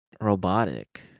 robotic